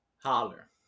Holler